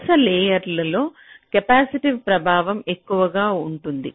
వరుస లేయర్ లో కెపాసిటివ్ ప్రభావం ఎక్కువగా ఉంటుంది